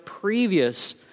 previous